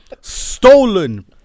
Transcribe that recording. stolen